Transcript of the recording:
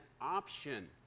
option